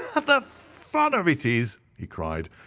ah the fun of it is, he cried,